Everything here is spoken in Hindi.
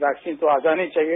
वैक्सीन तो आ जानी चाहिए